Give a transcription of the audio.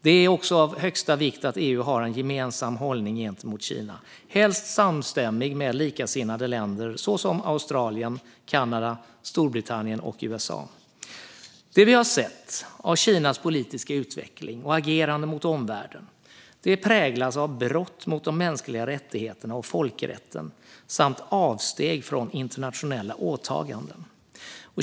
Det är också av högsta vikt att EU har en gemensam hållning gentemot Kina, helst samstämmig med likasinnade länder såsom Australien, Kanada, Storbritannien och USA. Kinas politiska utveckling och agerande mot omvärlden präglas av brott mot mänskliga rättigheter och folkrätten och av avsteg från internationella åtaganden.